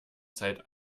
zeit